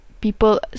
people